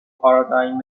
پارادایم